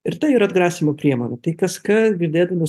ir tai yra atgrasymo priemonė tai kas kart girdėdami